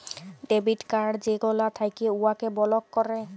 debit card যেগলা থ্যাকে উয়াকে বলক ক্যরে